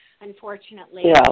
unfortunately